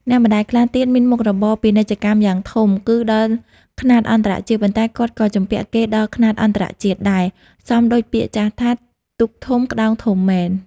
អ្នកម្ដាយខ្លះទៀត មានមុខរបរពាណិជ្ជកម្មយ៉ាងធំ គឺដល់ខ្នាតអន្តរជាតិ ប៉ុន្តែគាត់ក៏ជំពាក់គេដល់ខ្នាតអន្តរជាតិដែរ សមដូចពាក្យចាស់ថា «ទូកធំក្ដោងធំមែន» ។